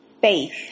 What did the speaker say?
faith